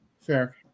Fair